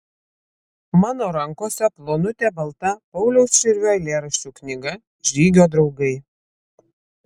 mano rankose plonutė balta pauliaus širvio eilėraščių knyga žygio draugai